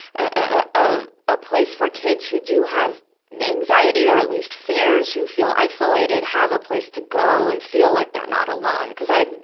ah a place for kids who do have anxiety or at least fears, who feel isolated, have a place to go and feel like they're not alone. cuz i'm,